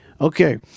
okay